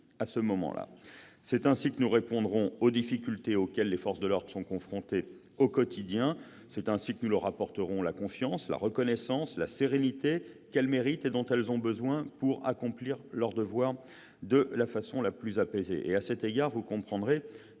tous tenus. C'est ainsi que nous répondrons aux difficultés auxquelles les forces de l'ordre sont confrontées au quotidien. C'est ainsi que nous leur apporterons la confiance, la reconnaissance, la sérénité qu'elles méritent et dont elles ont besoin pour accomplir leur devoir de façon plus apaisée. À cet égard, vous comprendrez